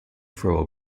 throw